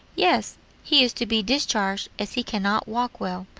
yes he is to be discharged as he can not walk well,